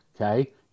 okay